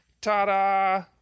Ta-da